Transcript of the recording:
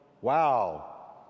wow